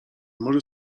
może